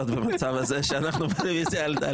אתה יודע שכנראה אנחנו לא דנים בנושאים שעוברים לידינו.